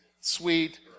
sweet